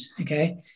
Okay